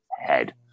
head